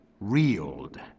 reeled